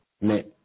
mais